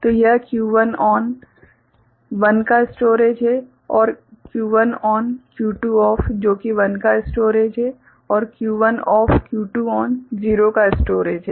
तो यह Q1 ON 1 का स्टोरेज है और Q1 ON Q2 OFF जो कि 1 का स्टोरेज है और Q1 OFF और Q2 ON 0 का स्टोरेज है